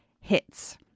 Hits